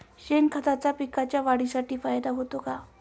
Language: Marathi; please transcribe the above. शेणखताचा पिकांच्या वाढीसाठी फायदा होतो का?